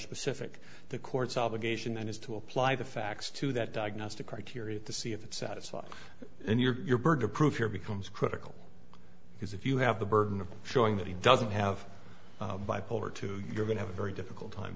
specific the court's obligation is to apply the facts to that diagnostic criteria to see if it's satisfied and your burger prove your becomes critical because if you have the burden of showing that he doesn't have bipolar two you're going have a very difficult time